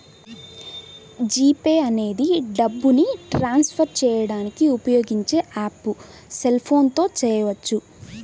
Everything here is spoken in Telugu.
జీ పే అనేది డబ్బుని ట్రాన్స్ ఫర్ చేయడానికి ఉపయోగించే యాప్పు సెల్ ఫోన్ తో చేయవచ్చు